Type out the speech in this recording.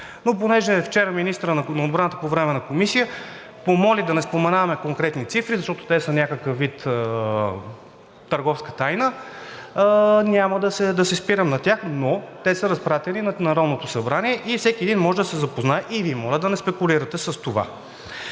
но понеже вчера министърът на отбраната по време на Комисията помоли да не споменаваме конкретни цифри, защото те са някакъв вид търговска тайна, няма да се спирам на тях, но те са разпратени в Народното събрание и всеки един може да се запознае. Моля Ви да не спекулирате с това.